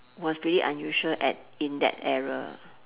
was pretty unusual at in that era